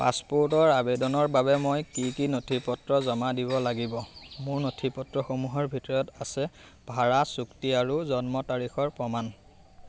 পাছপ'ৰ্টৰ আবেদনৰ বাবে মই কি কি নথিপত্ৰ জমা দিব লাগিব মোৰ নথিপত্ৰসমূহৰ ভিতৰত আছে ভাড়া চুক্তি আৰু জন্ম তাৰিখৰ প্ৰমাণ